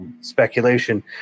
speculation